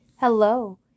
Hello